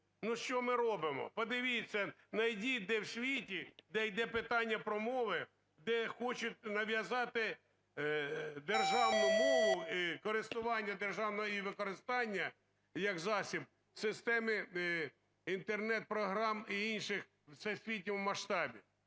Ну що ми робимо? Подивіться, найдіть, де в світі, де йде питання про мови, де хочуть нав'язати державну мову, користування державної і її використання як засіб системи інтернет-програм і інших у всесвітньому масштабі.